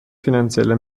finanzielle